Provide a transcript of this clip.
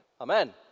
Amen